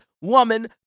woman